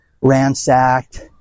ransacked